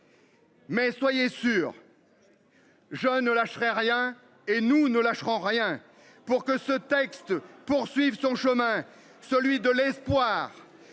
Mais soyez sûrs. Je ne lâcherai rien et nous ne lâcherons rien pour que ce texte poursuive son chemin, celui de l'espoir,